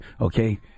okay